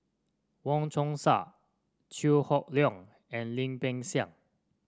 Wong Chong Sai Chew Hock Leong and Lim Peng Siang